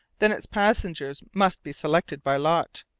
then its passengers must be selected by lot.